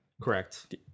Correct